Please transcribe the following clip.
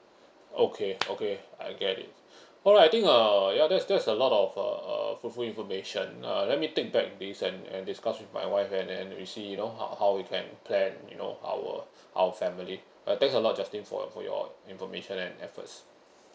okay okay I get it alright I think uh ya that's that's a lot of a uh fruitful information uh let me take back this and and discuss with my wife and then we see you know how how we can plan you know our our family uh thanks a lot justin for for your information and efforts